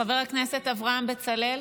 חבר הכנסת אברהם בצלאל,